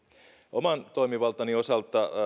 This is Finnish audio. oman toimivaltani osalta